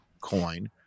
coin